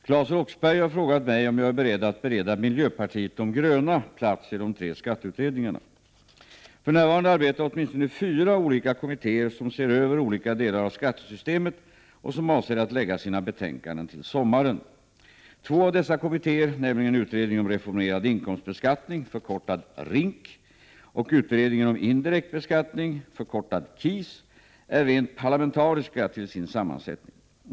Herr talman! Claes Roxbergh har frågat mig om jag är beredd att bereda miljöpartiet de gröna plats i de tre skatteutredningarna. För närvarande arbetar åtminstone fyra olika kommittéer som ser över olika delar av skattesystemet och som avser att lägga fram sina betänkanden tillsommaren. Två av dessa kommittéer, nämligen utredningen om reformerad inkomstbeskattning, RINK och utredningen om indirekt beskattning, KIS , är rent parlamentariska till sin sammansättning.